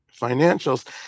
financials